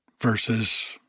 versus